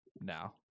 now